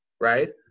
right